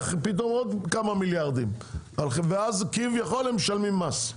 עוד כמה מיליארדי שקלים ואז כביכול הם משלמים מס.